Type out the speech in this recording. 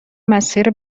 مسیر